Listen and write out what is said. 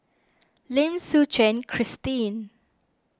Lim Suchen Christine